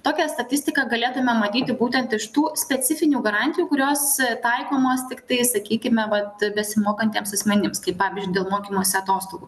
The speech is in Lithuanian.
tokią statistiką galėtume manyti būtent iš tų specifinių garantijų kurios taikomos tiktai sakykime vat besimokantiems asmenims kai pavyzdžiui dėl mokymosi atostogų